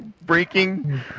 breaking